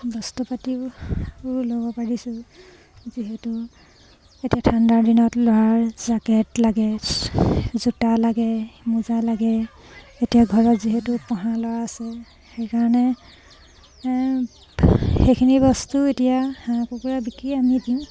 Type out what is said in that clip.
বস্তু পাতিবোৰ ল'ব পাৰিছোঁ যিহেতু এতিয়া ঠাণ্ডাৰ দিনত ল'ৰাৰ জাকেট লাগে জোতা লাগে মোজা লাগে এতিয়া ঘৰত যিহেতু পঢ়া ল'ৰা আছে সেইকাৰণে সেইখিনি বস্তু এতিয়া হাঁহ কুকুৰা বিকি আমি দিওঁ